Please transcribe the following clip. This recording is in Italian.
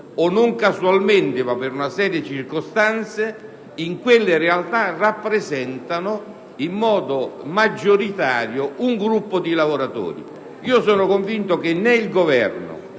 o non casualmente ma, comunque, per una serie di circostanze, rappresentano in modo maggioritario un gruppo di lavoratori. Sono convinto che né il Governo